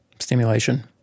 stimulation